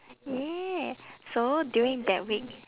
ya so during that week